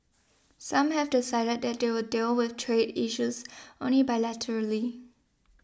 some have decided that they will deal with trade issues only bilaterally